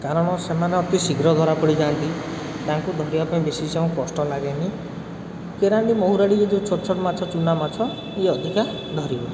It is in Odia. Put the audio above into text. କାରଣ ସେମାନେ ଅତି ଶୀଘ୍ର ଧରା ପଡ଼ିଯାଆନ୍ତି ତାଙ୍କୁ ଧରିବା ପାଇଁ ବେଶୀ ସମୟ କଷ୍ଟ ଲାଗେନି କେରାଣ୍ଡି ମହୁରାଳୀ ଏ ଯେଉଁ ଛୋଟ ଛୋଟ ମାଛ ଚୁନାମାଛ ଇଏ ଅଧିକା ଧରିହୁଏ